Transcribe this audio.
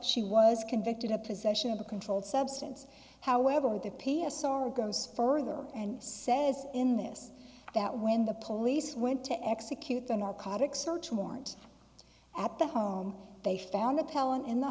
she was convicted of possession of a controlled substance however the p s r goes further and says in this that when the police went to execute the narcotics search warrant at the home they found appellant in the